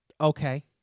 Okay